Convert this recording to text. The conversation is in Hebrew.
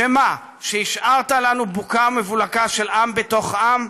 שמה, שהשארת לנו בוקה ומבולקה של עם בתוך עם?